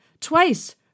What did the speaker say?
Twice